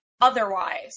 otherwise